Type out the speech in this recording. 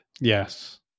Yes